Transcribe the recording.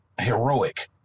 heroic